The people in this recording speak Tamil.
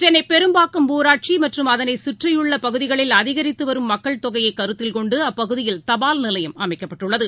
சென்னைபெரும்பாக்கம் ஊராட்சிமற்றும் அதனைச் கற்றியுள்ளபகுதிகளில் அதிகரித்துவரும் மக்கள் தொகையைகருத்தில் கொண்டுஅப்பகுதியில் தபால்நிலையம் அமைக்கப்பட்டுள்ளது